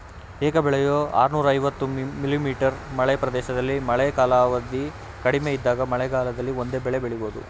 ಏಕ ಬೆಳೆಯು ಆರ್ನೂರ ಐವತ್ತು ಮಿ.ಮೀ ಮಳೆ ಪ್ರದೇಶದಲ್ಲಿ ಮಳೆ ಕಾಲಾವಧಿ ಕಡಿಮೆ ಇದ್ದಾಗ ಮಳೆಗಾಲದಲ್ಲಿ ಒಂದೇ ಬೆಳೆ ಬೆಳೆಯೋದು